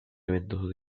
eventos